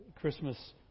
Christmas